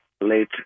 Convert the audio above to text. late